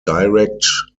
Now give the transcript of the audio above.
direct